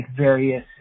various